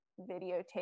videotape